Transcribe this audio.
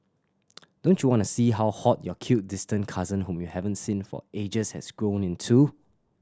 don't you wanna see how hot your cute distant cousin whom you haven't seen for ages has grown into